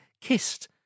kissed